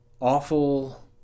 awful